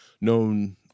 known